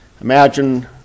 Imagine